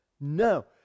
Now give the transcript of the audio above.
No